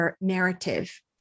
narrative